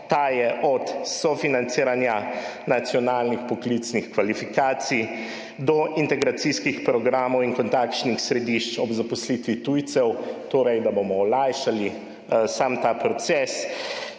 Ta je od sofinanciranja nacionalnih poklicnih kvalifikacij do integracijskih programov in kot takšnih središč ob zaposlitvi tujcev, torej da bomo olajšali sam ta proces,